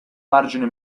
margine